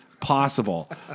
possible